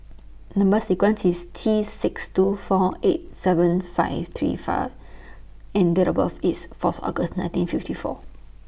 Number sequence IS T six two four eight seven five three fur and Date of birth IS Fourth August nineteen fifty four